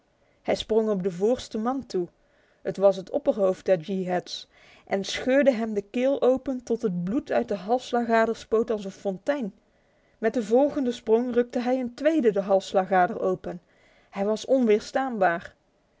hij sprong op den voorsten man toe het was het opperhoofd der yeehats en scheurde hem de keel open tot het bloed uit de halsader spoot als een fontein met de volgende sprong rukte hij een tweede de halsader open hij was onweerstaanbaar